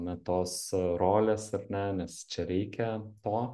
na tos rolės ar ne nes čia reikia to